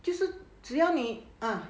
就是只要你 ah